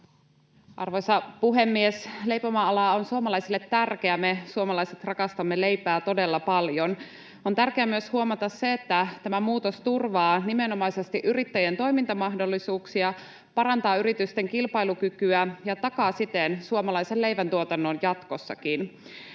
Arvoisa puhemies! Leipomoala on suomalaisille tärkeä, me suomalaiset rakastamme leipää todella paljon. On tärkeää myös huomata se, että tämä muutos turvaa nimenomaisesti yrittäjien toimintamahdollisuuksia, parantaa yritysten kilpailukykyä ja takaa siten suomalaisen leivän tuotannon jatkossakin.